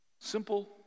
Simple